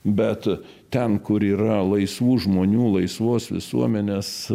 bet ten kur yra laisvų žmonių laisvos visuomenės